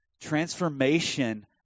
transformation